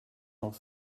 nog